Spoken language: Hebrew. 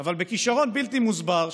אבל בכישרון בלתי מוסבר,